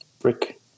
brick